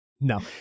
No